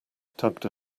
tugged